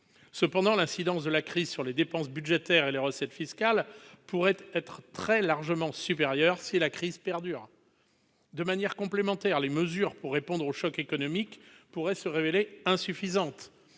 Cependant, l'incidence de la crise sur les dépenses budgétaires et les recettes fiscales pourrait être très largement supérieure si la crise perdure. De manière complémentaire, les mesures pour répondre au choc économique pourraient se révéler insuffisantes.